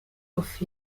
off